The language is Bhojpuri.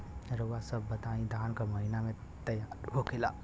रउआ सभ बताई धान क महीना में तैयार होखेला?